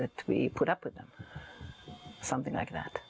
that we put up with them something like that